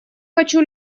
хочу